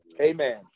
Amen